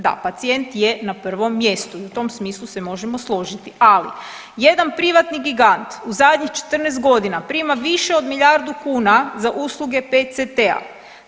Da, pacijent je na prvom mjestu i u tom smislu se možemo složiti, ali jedan privatni gigant u zadnjih 14 godina prima više od milijardu kuna za usluge PETCT-a.